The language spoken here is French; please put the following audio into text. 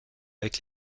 avec